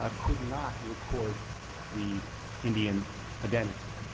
ah could not record the indian identity.